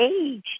age